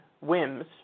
whims